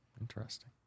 Interesting